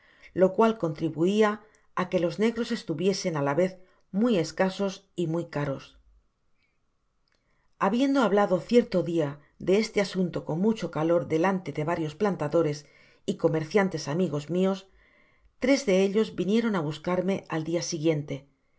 lo cual contribuía á que los negros estuviesen á la vez muy escasos y muy caros ha biendo hablado cierto dia de este asunto con mucho calor delante de varios plantadores y comerciantes amigos míos tres de ellos vinieron á buscarme al dia siguiente